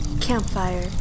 Campfire